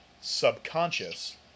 Subconscious